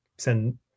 Send